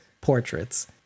portraits